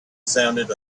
sounded